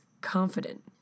confident